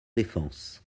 défense